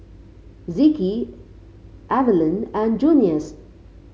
Zeke Eveline and Junious